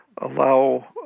allow